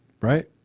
Right